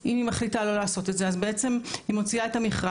אם היא מחליטה לא לעשות את זה אז היא מוציאה את המכרז.